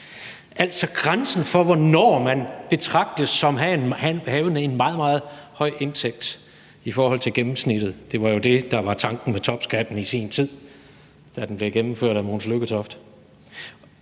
altså grænsen for, hvornår man betragtes som havende en meget, meget høj indtægt i forhold til gennemsnittet – det var jo det, der var tanken med topskatten i sin tid, da den blev gennemført af Mogens Lykketoft